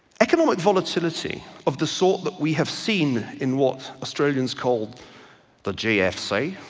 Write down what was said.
economic volatility of the sort that we have seen in what australians call the gfc